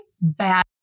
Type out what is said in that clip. bad